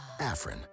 Afrin